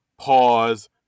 pause